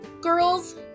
Girls